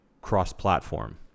cross-platform